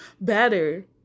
better